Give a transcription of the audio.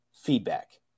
feedback